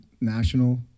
national